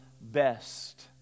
best